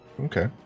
Okay